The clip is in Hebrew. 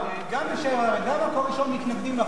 גם "בשבע" וגם "מקור ראשון" מתנגדים לחוק הזה,